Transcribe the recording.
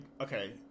okay